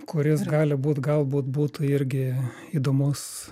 kuris gali būt gal būt būtų irgi įdomus